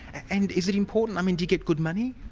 and is it important, i mean do you get good money?